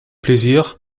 plaisir